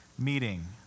meeting